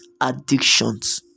addictions